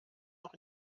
noch